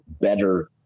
better